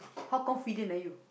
how confident are you